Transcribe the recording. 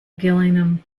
gillingham